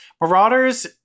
Marauders